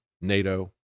NATO